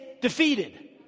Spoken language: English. defeated